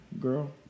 girl